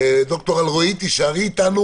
ד"ר אלרעי, תישארי איתנו